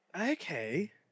Okay